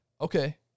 okay